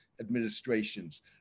administrations